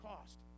cost